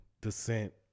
descent